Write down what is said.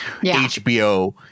HBO